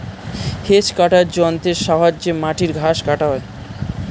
hedge কাটার যন্ত্রের সাহায্যে মাটির ঘাস কাটা হয়